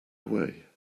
away